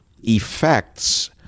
effects